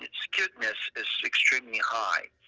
skewedness is extremely high.